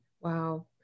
Wow